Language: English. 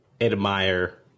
admire